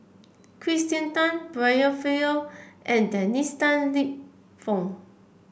Kirsten Tan Brian Farrell and Dennis Tan Lip Fong